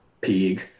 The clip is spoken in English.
pig